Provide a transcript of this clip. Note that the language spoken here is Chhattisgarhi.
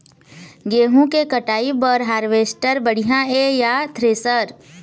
गेहूं के कटाई बर हारवेस्टर बढ़िया ये या थ्रेसर?